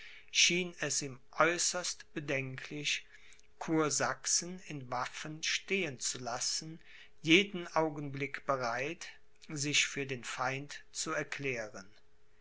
schien es ihm äußerst bedenklich kursachsen in waffen stehen zu lassen jeden augenblick bereit sich für den feind zu erklären